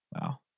Wow